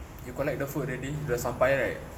you collect the food already dah sampai right